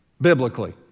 biblically